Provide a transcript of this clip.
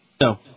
No